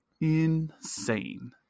insane